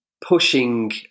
pushing